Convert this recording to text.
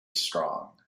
strong